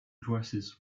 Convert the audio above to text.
dresses